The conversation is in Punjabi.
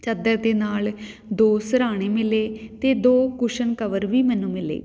ਚਾਦਰ ਦੇ ਨਾਲ਼ ਦੋ ਸਿਰਹਾਣੇ ਮਿਲੇ ਅਤੇ ਦੋ ਕੁਸ਼ਨ ਕਵਰ ਵੀ ਮੈਨੂੰ ਮਿਲੇ